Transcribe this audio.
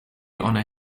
honour